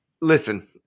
Listen